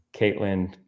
Caitlin